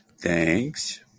Thanks